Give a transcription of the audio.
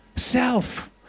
self